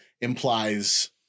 implies